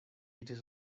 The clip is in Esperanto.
iris